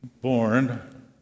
born